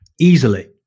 easily